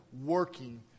Working